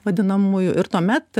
vadinamųjų ir tuomet